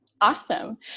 Awesome